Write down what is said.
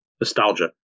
nostalgia